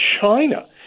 China